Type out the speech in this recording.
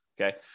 Okay